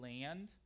land